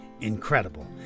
incredible